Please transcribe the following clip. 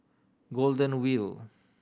Golden Wheel